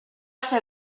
ser